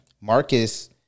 Marcus